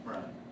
Right